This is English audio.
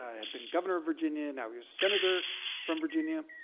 had been governor of virginia and now he was senator from virginia.